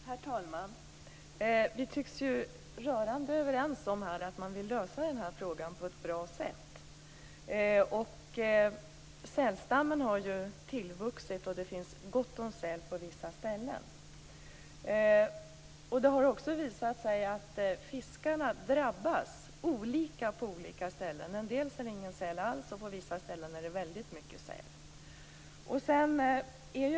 Herr talman! Vi tycks rörande överens om att man vill lösa de här problemen på ett bra sätt. Sälstammen har ju tillvuxit, och det finns gott om säl på vissa ställen. Det har också visat sig att fiskarna drabbas olika på olika ställen. En del ser ingen säl alls, medan det på vissa ställen är väldigt mycket säl.